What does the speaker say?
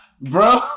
Bro